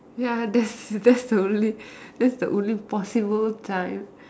ya that's that's the only that's the only possible time